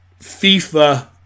FIFA